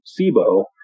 SIBO